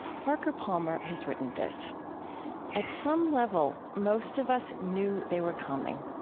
parker palmer has written this at some level most of us knew they were coming.